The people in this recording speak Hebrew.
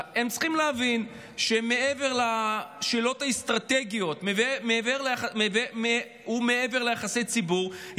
צריכים להבין שמעבר לשאלות האסטרטגיות ומעבר ליחסי ציבור,